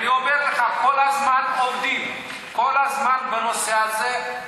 אני אומר לך, כל הזמן עובדים, כל הזמן, בנושא הזה.